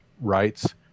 rights